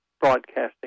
Broadcasting